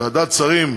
ועדת שרים,